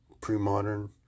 pre-modern